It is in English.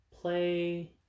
play